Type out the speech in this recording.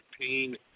pain